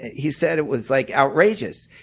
he said it was like outrageous.